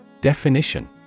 Definition